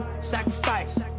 sacrifice